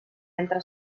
entre